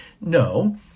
No